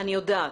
אני יודעת.